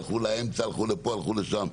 הלכו לפה והלכו לשם.